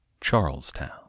Charlestown